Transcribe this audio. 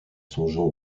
songeant